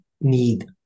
need